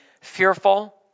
fearful